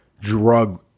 drug